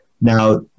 Now